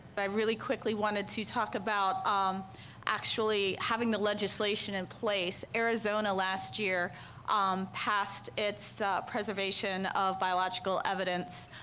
i really quickly wanted to talk about um actually having the legislation in place. arizona last year um passed it's preservation of biological evidence